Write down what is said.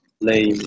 lame